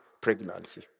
pregnancy